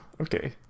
okay